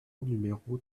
numéro